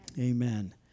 Amen